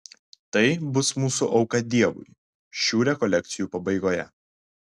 tai bus mūsų auka dievui šių rekolekcijų pabaigoje